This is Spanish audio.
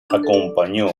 acompañó